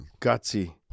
gutsy